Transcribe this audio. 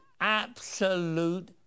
absolute